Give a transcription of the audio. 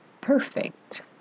perfect